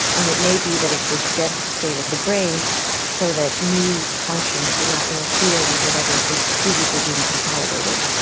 and it may be that it's this dampened state of the brain so that new functions do not interfere with whatever was previously being consolidated,